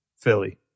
Philly